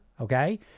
Okay